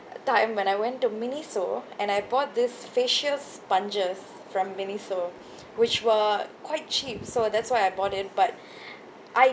time when I went to Miniso and I bought this facial sponges from Miniso which were quite cheap so that's why I bought it but I